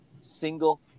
single